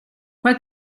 quel